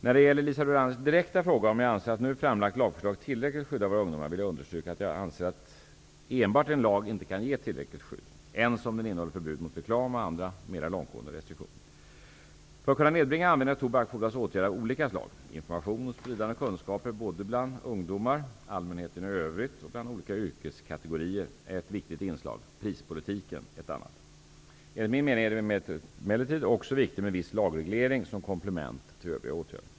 När det gäller Liisa Rulanders direkta fråga om jag anser att nu framlagt lagförslag tillräckligt skyddar våra ungdomar, vill jag understryka att jag anser att enbart en lag inte kan ge tillräckligt skydd, ens om den innehåller förbud mot reklam och andra mera långtgående restriktioner. För att kunna nedbringa användningen av tobak fordras åtgärder av olika slag. Information och spridande av kunskaper både bland ungdomar, allmänheten i övrigt och bland olika yrkeskategorier är ett viktigt inslag, prispolitiken ett annat. Enligt min mening är det emellertid också viktigt med viss lagreglering som komplement till övriga åtgärder.